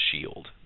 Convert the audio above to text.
shield